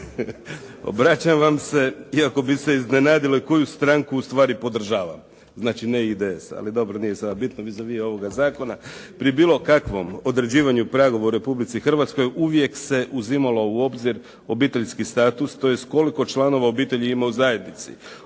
Obraćam vam se, iako bi se iznenadili koju stranku ustvari podržavam, znači ne IDS, ali dobro, nije sada bitno, vis a vis ovoga zakona, pri bilo kakvom određivanju pragova u Republici Hrvatskoj uvijek se uzimalo u obzir obiteljski status, tj. koliko članovi obitelji ima u zajednici.